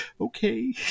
okay